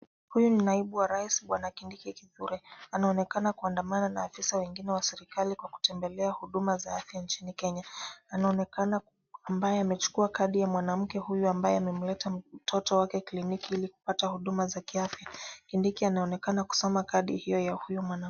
Huyu ni naibu wa rais bwana Kindiki Kithure, anaonekana kuandamana na afisa wengine wa serikali kwa kutembelea huduma zake nchini Kenya. Anaonekana ambaye amechukuwa kadi ya mwanamke huyu amabaye amemleta mtoto wake kliniki ili kupata huduma za kiafya. Kindiki anaonekana kusoma kadi hiyo ya huyo mwanamke.